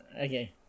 Okay